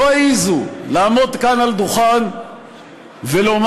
לא העזו לעמוד כאן על הדוכן ולומר